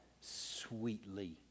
sweetly